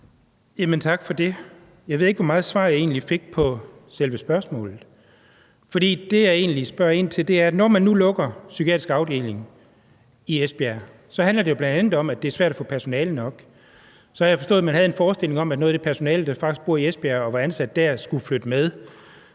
for det, jeg egentlig spørger ind til, er, at når man nu lukker den psykiatriske afdeling i Esbjerg, handler det jo bl.a. om, at det er svært at få personale nok. Så har jeg forstået det sådan, at man havde en forestilling om, at noget af det personale, der faktisk bor i Esbjerg og var ansat dér, skulle flytte med.